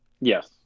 Yes